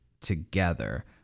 together